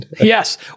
Yes